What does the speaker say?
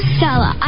Stella